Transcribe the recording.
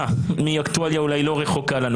זו סתם דוגמה מאקטואליה שאולי לא רחוקה מאיתנו,